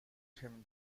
him